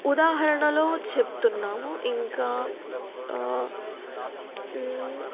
ఉదాహరణలో చెప్తున్నాము ఇంకా